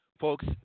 Folks